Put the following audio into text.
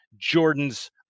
Jordan's